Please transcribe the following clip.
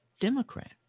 Democrat